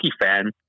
fan